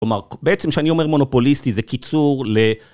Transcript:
כלומר, בעצם כשאני אומר מונופוליסטי זה קיצור ל...